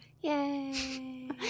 Yay